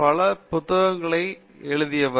பல புத்தகங்களை எழுதியவர்